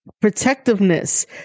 protectiveness